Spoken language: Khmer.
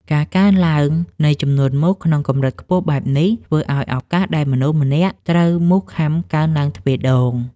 ការកើនឡើងនៃចំនួនមូសក្នុងកម្រិតខ្ពស់បែបនេះ ធ្វើឱ្យឱកាសដែលមនុស្សម្នាក់ត្រូវមូសខាំកើនឡើងទ្វេដង។